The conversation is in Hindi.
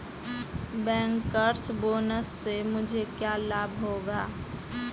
बैंकर्स बोनस से मुझे क्या लाभ होगा?